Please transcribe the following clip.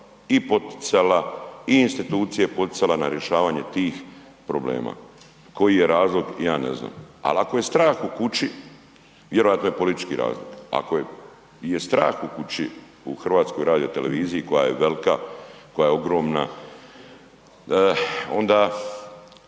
i institucije poticala na rješavanje tih problema. Koji je razlog ja ne znam, al ako je strah u kući vjerojatno je politički razlog, ako je strah u kući u HRT-u koja je velika, koja je ogromna, onda